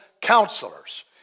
counselors